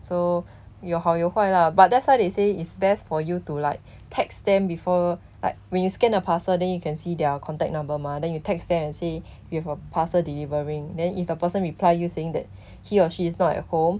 so 有好有坏 lah but that's why they say it's best for you to like text them before like when you scan a parcel then you can see their contact number mah then you text them and say you have a parcel delivering then if the person reply you saying that he or she is not at home